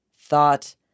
thought